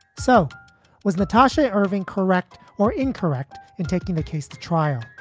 so was latasha irving correct or incorrect in taking the case to trial?